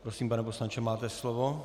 Prosím, pane poslanče, máte slovo.